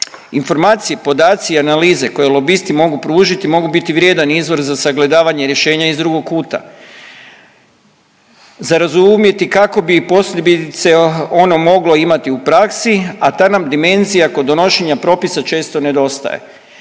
Informacije, podaci i analize koje lobisti mogu pružiti mogu biti vrijedan izvor za sagledavanje rješenja iz drugog kuta. Za razumjeti kako bi posljedice ono moglo imati u praksi, a ta nam dimenzija kod donošenja propisa često nedostaje.